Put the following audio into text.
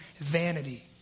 vanity